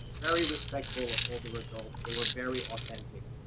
very respectful of older adults. they were very authentic.